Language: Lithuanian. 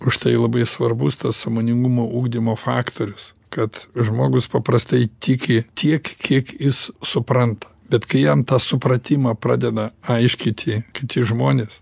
užtai labai svarbus tas sąmoningumo ugdymo faktorius kad žmogus paprastai tiki tiek kiek jis supranta bet kai jam tą supratimą pradeda aiškinti kiti žmonės